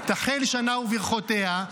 תחל שנה וברכותיה",